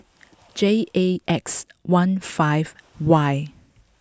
J A X one five Y